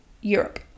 Europe